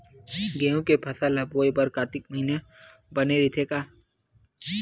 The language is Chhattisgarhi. गेहूं के फसल ल बोय बर कातिक महिना बने रहि का?